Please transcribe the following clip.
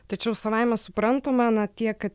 tačiau savaime suprantama na tiek